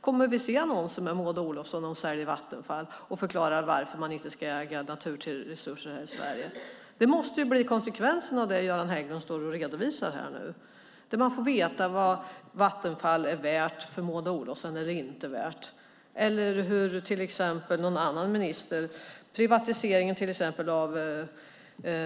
Kommer vi att se annonser med Maud Olofsson när hon säljer Vattenfall och förklarar varför man inte ska äga naturresurser här i Sverige? Det måste bli konsekvensen av det Göran Hägglund står här och redovisar. Man får veta vad Vattenfall är värt eller inte värt för Maud Olofsson. Det kan också gälla någon annan minister. Vid till exempel privatiseringen av